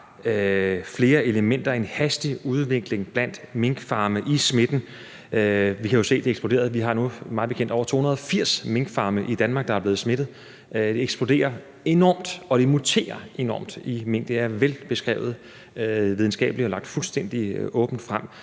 flere elementer: en hastig udvikling blandt minkfarme i smitten. Vi kan jo se, at det eksploderede. Vi har nu mig bekendt over 280 minkfarme i Danmark, der er blevet smittet. Det eksploderer enormt, og det muterer enormt i mink. Det er velbeskrevet videnskabeligt og lagt åbent frem.